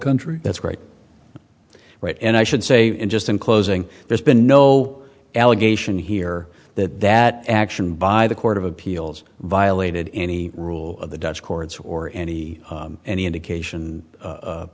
country that's great right and i should say just in closing there's been no allegation here that that action by the court of appeals violated any rule of the dutch courts or any any indication